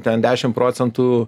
ten dešim procentų